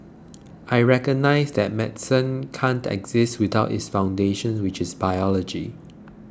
I recognise that medicine can't exist without its foundations which is biology